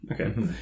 Okay